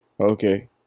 Okay